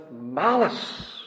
malice